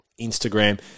Instagram